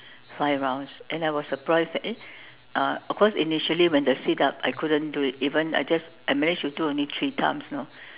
five rounds and I was surprised that eh uh of course initially when the sit up I couldn't do it even I just I managed to do only three times you know